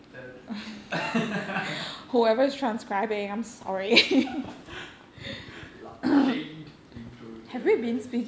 tell lots of shade being thrown ya ya ya